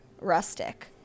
rustic